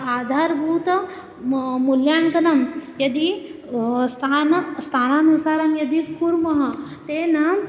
आधारभूतं म मूल्याङ्कनं यदि स्थानं स्थानानुसारं यदि कुर्मः तेन